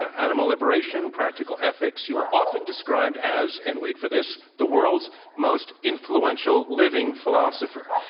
animal liberation, practical ethics. you are often described as and wait for this the world's most influential living philosopher.